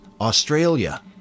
Australia